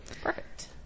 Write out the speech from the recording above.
Perfect